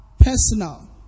personal